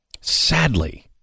Sadly